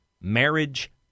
Marriage